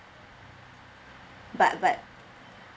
but but